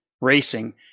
racing